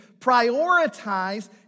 prioritize